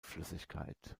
flüssigkeit